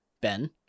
Ben